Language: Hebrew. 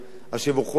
אז שיבורכו על כך.